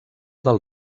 del